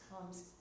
comes